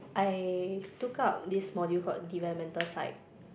I took up this module called developmental psych